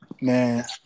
Man